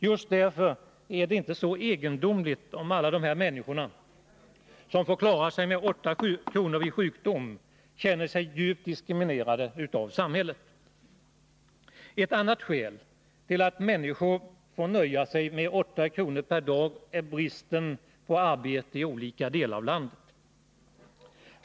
Just därför är det inte så egendomligt om alla de människor som får klara sig med 8 kr. vid sjukdom känner sig djupt diskriminerade av samhället. Ett annat skäl till att människor får nöja sig med 8 kr. per dag är bristen på arbete i olika delar av landet.